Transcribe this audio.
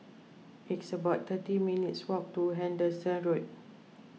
it's about thirty minutes' walk to Henderson Road